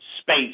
space